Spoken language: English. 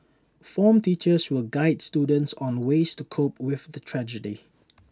form teachers will guide students on ways to cope with the tragedy